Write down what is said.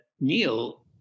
Neil